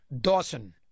Dawson